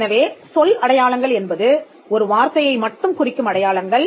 எனவே சொல் அடையாளங்கள் என்பது ஒரு வார்த்தையை மட்டும் குறிக்கும் அடையாளங்கள்